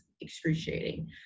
excruciating